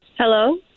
Hello